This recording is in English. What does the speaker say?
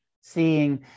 seeing